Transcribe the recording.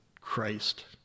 Christ